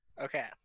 Okay